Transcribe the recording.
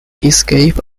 escape